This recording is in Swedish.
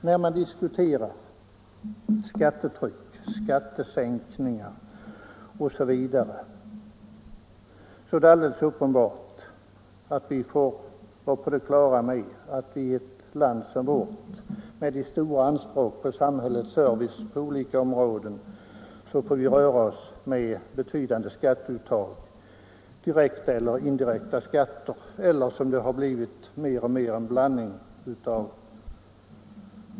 När man diskuterar skattetryck, skattesänkningar osv. är det alldeles uppenbart att vi i ett land som vårt med de stora anspråken på samhällsservice på olika områden måste röra oss med betydande skatteuttag, direkta eller indirekta skatter, eller — som det mer och mer har blivit —- en blandning därav.